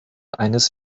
eines